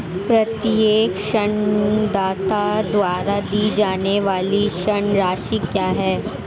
प्रत्येक ऋणदाता द्वारा दी जाने वाली ऋण राशि क्या है?